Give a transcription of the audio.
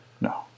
No